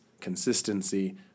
consistency